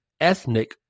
ethnic